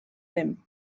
ddim